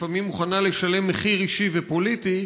לפעמים היא מוכנה לשלם מחיר אישי ופוליטי,